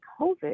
COVID